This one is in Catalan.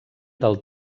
del